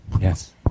Yes